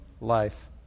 life